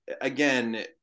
again